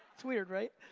it's weird, right?